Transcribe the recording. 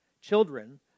Children